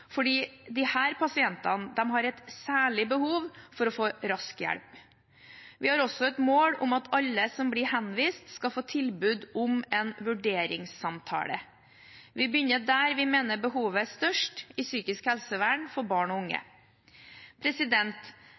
pasientene har et særlig behov for å få rask hjelp. Vi har også et mål om at alle som blir henvist, skal få tilbud om en vurderingssamtale. Vi begynner der vi mener behovet er størst, i psykisk helsevern for barn og unge.